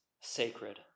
sacred